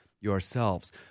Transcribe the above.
yourselves